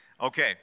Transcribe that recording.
Okay